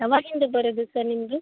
ಯಾವಾಗಿಂದ ಬರೋದು ಸರ್ ನಿಮಗೆ